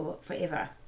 forever